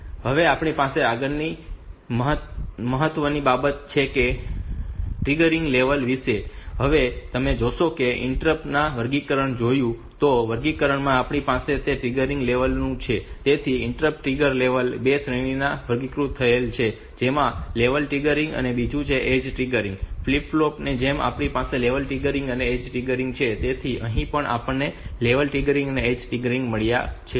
હવે આપણી પાસે આગળની મહત્વની બાબત છે તે ટ્રિગરિંગ લેવલ વિશે છે હવે તમે જોશો કે જો ઈન્ટરપ્ટ ના વર્ગીકરણને જોવું હોય તો એક વર્ગીકરણ જે આપણી પાસે છે તે ટ્રિગરિંગ લેવલનું છે તેથી ઈન્ટ્રપ્ટનું ટ્રિગર લેવલ બે શ્રેણીઓમાં વર્ગીકૃત થયેલ છે જેમાં એક લેવલ ટ્રિગર છે અને બીજું ઍજ ટ્રિગર છે ફ્લિપ ફ્લોપ ની જેમ આપણી પાસે લેવલ ટ્રિગરિંગ અને ઍજ ટ્રિગરિંગ છે તેથી અહીં પણ આપણને લેવલ ટ્રિગર અને ઍજ ટ્રિગર મળ્યા છે